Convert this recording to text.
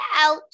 out